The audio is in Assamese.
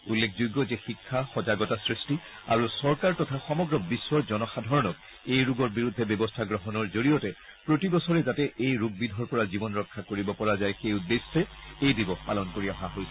উল্লেখযোগ্য যে শিক্ষা সজাগতা সৃষ্টি আৰু চৰকাৰ তথা সমগ্ৰ বিশ্বৰ জনসাধাৰণক এই ৰোগৰ বিৰুদ্ধে ব্যৱস্থা গ্ৰহণৰ জৰিয়তে প্ৰতিবছৰে যাতে এই ৰোগবিধৰ পৰা জীৱন ৰক্ষা কৰিব পৰা যায় সেই উদ্দেশ্যে এই দিৱস পালন কৰি অহা হৈছে